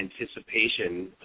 anticipation